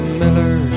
miller